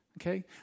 okay